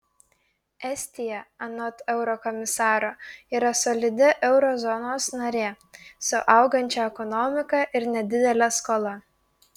estija anot eurokomisaro yra solidi euro zonos narė su augančia ekonomika ir nedidele skola